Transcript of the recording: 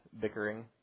bickering